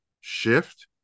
shift